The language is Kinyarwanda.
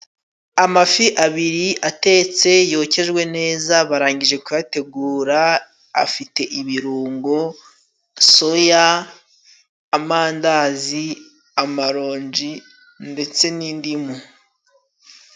Amafi abiri atetse yokejwe neza barangije kuyategura afite ibirungo ,soya ,amandazi, amaronji ndetse n'indimu.